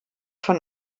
von